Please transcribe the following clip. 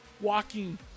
walking